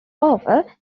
over